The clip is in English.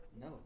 No